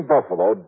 Buffalo